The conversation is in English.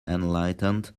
enlightened